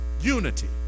unity